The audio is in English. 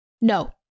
no